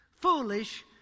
Foolish